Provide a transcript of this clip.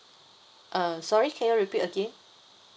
uh sorry can you repeat again